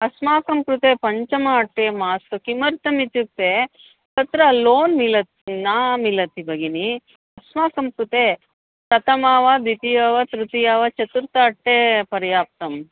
अस्माकं कृते पञ्चम अट्टे मास्तु किमर्तम् इत्युक्ते तत्र लोन् मिलति न मिलति भगिनि अस्माकं कृते प्रथमः वा द्वितीयः वा तृतीयः वा चतुर्थे अट्टे पर्याप्तम्